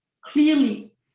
clearly